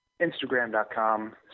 instagram.com